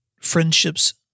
Friendships